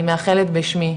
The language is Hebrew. אני מאחלת בשמי,